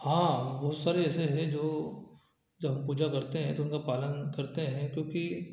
हाँ बहुत सारे ऐसे हैं जो जब हम पूजा करते हैं तो उनका पालन करते हैं क्योंकि